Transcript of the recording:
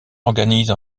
organise